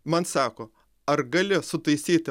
man sako ar gali sutaisyti